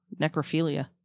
necrophilia